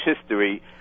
history